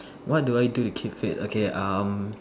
what do I do to keep fit okay um